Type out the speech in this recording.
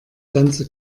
ganze